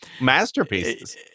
masterpieces